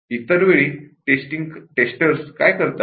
इतर वेळी टेस्टर्सं काय करतात